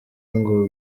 ngo